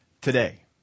today